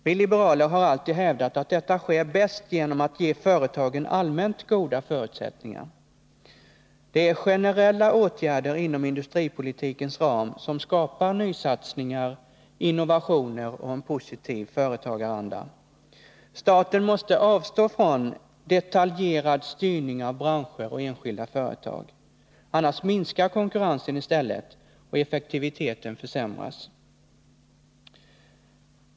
Vi liberaler har alltid hävdat att detta sker bäst om företagen får allmänt goda förutsättningar. Det är generella åtgärder inom industripolitikens ram som skapar nysatsningar, innovationer och en positiv företagaranda. Staten måste avstå från detaljerad styrning av branscher och enskilda företag. Annars minskar konkurrensen och försämras effektiviteten.